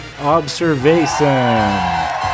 Observation